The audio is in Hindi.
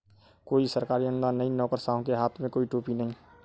कोई सरकारी अनुदान नहीं, नौकरशाहों के हाथ में कोई टोपी नहीं